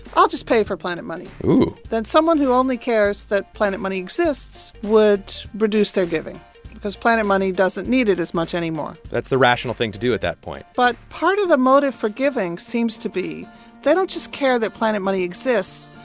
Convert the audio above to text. i'll just pay for planet money. then, someone who only cares that planet money exists would reduce their giving because planet money doesn't need it as much anymore that's the rational thing to do at that point but part of the motive for giving seems to be they don't just care that planet money exists.